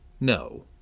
No